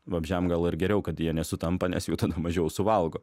vabzdžiam gal ir geriau kad jie nesutampa nes jų tada mažiau suvalgo